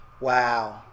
Wow